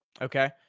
Okay